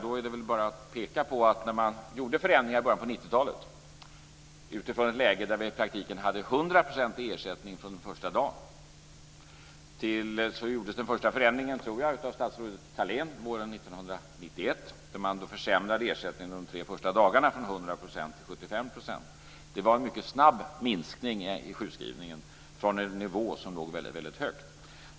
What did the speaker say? Det är väl bara att peka på de förändringar man gjorde i början av 90-talet. Det var utifrån ett läge där vi i praktiken hade 100 % i ersättning från den första dagen. Den första förändringen gjordes, tror jag, av statsrådet Thalén våren 1991. Man försämrade ersättningen under de tre första dagarna från 100 % till 75 %. Det blev en mycket snabb minskning i sjukskrivningen från en nivå som låg mycket högt.